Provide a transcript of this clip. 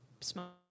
small